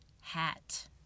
hat